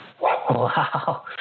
Wow